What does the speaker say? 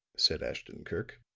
said ashton-kirk.